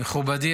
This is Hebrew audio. מכובדיי